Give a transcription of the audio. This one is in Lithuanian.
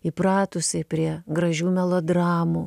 įpratusiai prie gražių melodramų